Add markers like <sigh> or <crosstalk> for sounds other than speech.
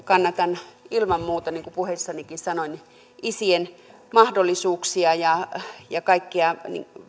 <unintelligible> kannatan ilman muuta niin kuin puheessanikin sanoin isien mahdollisuuksia ja ja kaikkea